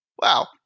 Wow